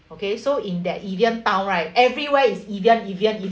okay so in that evian town right everywhere is evian evian